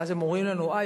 ואז הם אומרים לנו: אה,